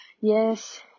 Yes